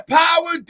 power